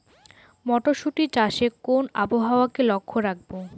মটরশুটি চাষে কোন আবহাওয়াকে লক্ষ্য রাখবো?